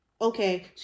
Okay